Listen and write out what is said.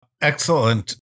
Excellent